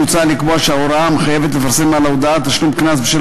מוצע לקבוע שההוראה המחייבת לפרסם על הודעת תשלום קנס בשל